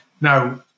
Now